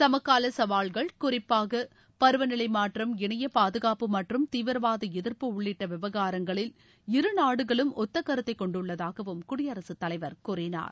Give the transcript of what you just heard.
சமகால சவால்கள் குறிப்பாக பருவநிலை மாற்றம் இணைய பாதுகாப்பு மற்றும் தீவிரவாத எதிர்ப்பு உள்ளிட்ட விவகாரங்களில் இருநாடுகளும் ஒத்த கருத்தை கொண்டுள்ளதாக குடியரசுத் தலைவர் கூறினார்